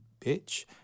bitch